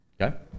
Okay